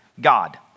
God